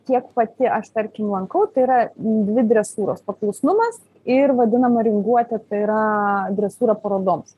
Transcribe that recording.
kiek pati aš tarkim lankau tai yra dvi dresūros paklusnumas ir vadinama ringuota tai yra dresūra parodoms